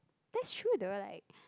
that's true though like